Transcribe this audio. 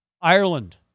Ireland